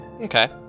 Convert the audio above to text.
Okay